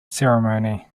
ceremony